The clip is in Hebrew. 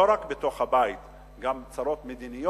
לא רק בתוך הבית אלא גם צרות מדיניות,